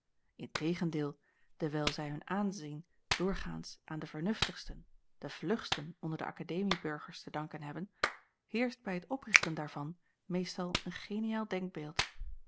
in tegendeel dewijl zij hun aanzijn doorgaans aan de vernuftigsten de vlugsten onder de akademieburgers te danken hebben heerscht bij het oprichten daarvan meestal een geniaal